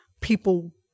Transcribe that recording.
people